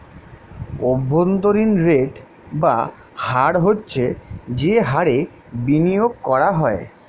অভ্যন্তরীণ রেট বা হার হচ্ছে যে হারে বিনিয়োগ করা হয়